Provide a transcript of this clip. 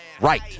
right